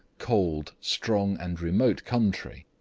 cold, strong, and remote country,